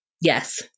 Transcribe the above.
Yes